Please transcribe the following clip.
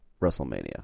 WrestleMania